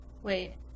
Wait